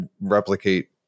replicate